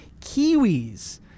Kiwis